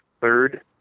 third